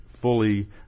fully